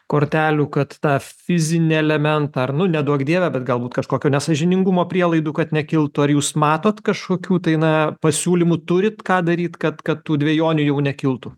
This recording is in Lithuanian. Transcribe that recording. kortelių kad tą fizinį elementą ar nu neduok dieve bet galbūt kažkokio nesąžiningumo prielaidų kad nekiltų ar jūs matot kažkokių tai na pasiūlymų turit ką daryt kad kad tų dvejonių jau nekiltų